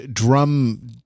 drum